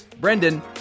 Brendan